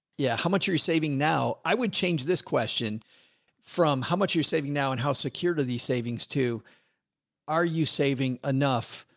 yeah. how much are you saving now? i would change this question from how much you're saving now and how secure to the savings to are you saving enough?